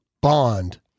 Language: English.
bond